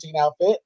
outfit